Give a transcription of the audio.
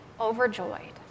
overjoyed